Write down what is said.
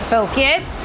Focus